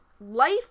life